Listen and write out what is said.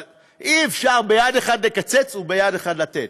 אבל אי-אפשר ביד אחת לקצץ וביד אחת לתת.